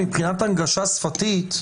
מה שמשלים אותה זו התוספת השלישית,